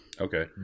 Okay